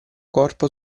corpo